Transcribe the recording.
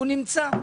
נמצא.